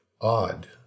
odd